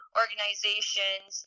organizations